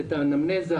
את האנמנזיה,